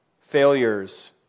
failures